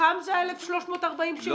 מתוכם זה ה-1,340 ש ---?